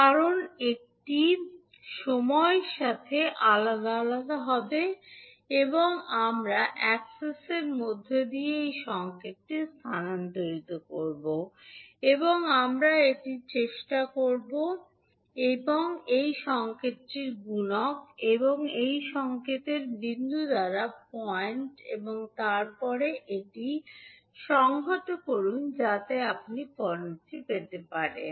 কারণ এটি সময়ের সাথে আলাদা আলাদা হবে এবং আমরা অ্যাক্সেসের মধ্য দিয়ে এই সংকেতটি স্থানান্তরিত করব এবং আমরা এটির চেষ্টা করার চেষ্টা করব এই সংকেতটির গুণক এবং এই সংকেত বিন্দু দ্বারা পয়েন্ট এবং তারপরে এটি সংহত করুন যাতে আপনি পণ্যটি পেতে পারেন